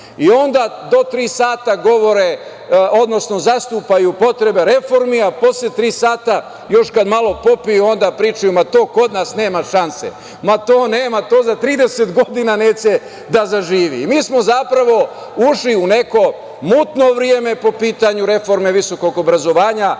odnosno zastupaju potrebe reformi, a posle tri sata, još kada malo popiju, onda pričaju, ma to kod nas nema šanse, to nema, to za trideset godina neće da zaživi. Mi smo, zapravo, ušli u neko mutno vreme po pitanju reforme visokog obrazovanja